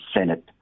Senate